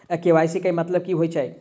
KYC केँ मतलब की होइ छै?